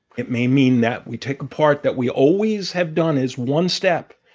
it may mean that we take apart that we always have done as one step.